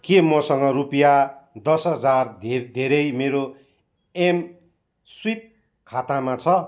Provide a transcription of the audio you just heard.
के मसँग रुपियाँ दस हजार धेर धेरै मेरो एम स्विप खातामा छ